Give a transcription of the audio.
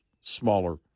smaller